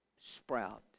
sprout